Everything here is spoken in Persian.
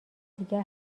دیگر